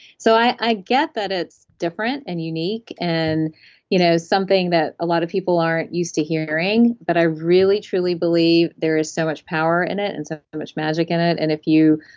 so i get that it's different and unique, and you know something that a lot of people aren't used to hearing hearing but i really, truly believe there is so much power in it, and so much magic in it, and if you.